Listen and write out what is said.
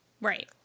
Right